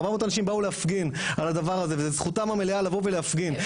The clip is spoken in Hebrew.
400 אנשים באו להפגין על הדבר הזה וזה זכותם המלאה לבוא ולהפגין,